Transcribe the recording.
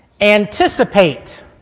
anticipate